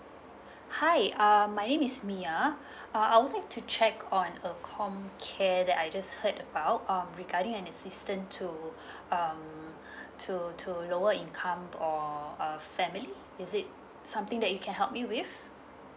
hi um my name is mya uh I would like to check on uh comcare that I just heard about um regarding an assistant to um to to lower income or uh family is it something that you can help me with